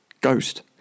ghost